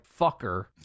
fucker